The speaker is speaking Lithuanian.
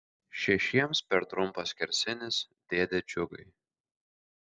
šešiems per trumpas skersinis dėde džiugai